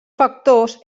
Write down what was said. factors